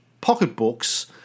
pocketbooks